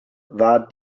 war